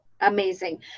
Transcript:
Amazing